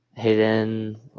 Hidden